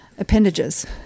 Appendages